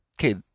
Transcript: Okay